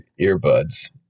earbuds